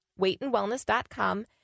weightandwellness.com